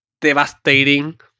devastating